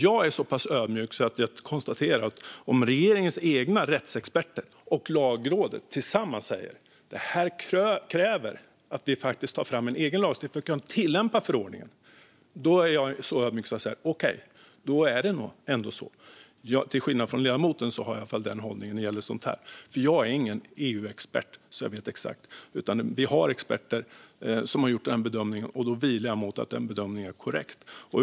Jag är så pass ödmjuk att jag konstaterar att om regeringens egna rättsexperter och Lagrådet tillsammans säger att detta kräver att vi tar fram egen lagstiftning för att tillämpa förordningen så är det nog ändå så. Till skillnad från ledamoten har jag den hållningen när det gäller sådant här, för jag är ingen EU-expert som vet exakt. Vi har experter som har gjort denna bedömning, och då utgår jag från att den bedömningen är korrekt.